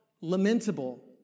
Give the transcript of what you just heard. lamentable